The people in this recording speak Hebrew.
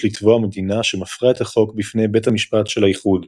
לתבוע מדינה שמפרה את החוק בפני בית המשפט של האיחוד.